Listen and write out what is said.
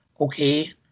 okay